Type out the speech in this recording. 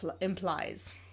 implies